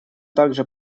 также